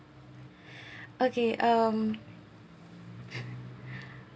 okay um